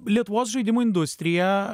lietuvos žaidimų industrija